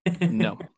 No